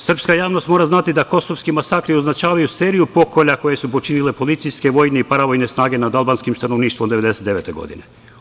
Srpska javnost mora znati da kosovski masakri označavaju seriju pokolja koje su počinile policijske, vojne i paravojne snage nad albanskim stanovništvom 1999. godine.